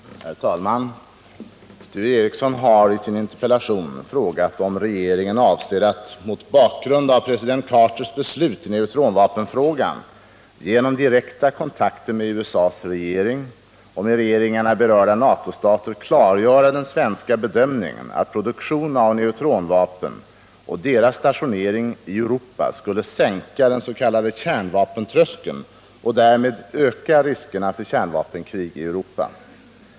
Herr talman! Sture Ericson har i sin interpellation frågat om regeringen avser att, mot bakgrund av president Carters beslut i neutronvapenfrågan, genom direkta kontakter med USA:s regering och med regeringarna i berörda NATO-länder klargöra den svenska bedömningen, att produktion av neutronvapen och deras stationering i Europa skulle sänka den s.k. kärnvapentröskeln och därmed öka riskerna för kärnvapenkrig i Europa.